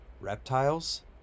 reptiles